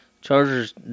Chargers